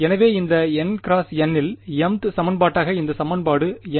எனவே இந்த N × N இல் mth சமன்பாடாக இந்த சமன்பாடு என்ன